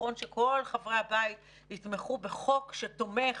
נכון שכל חברי הבית יתמכו בחוק שתומך